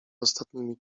ostatnimi